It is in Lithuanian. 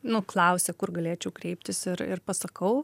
nu klausė kur galėčiau kreiptis ir ir pasakau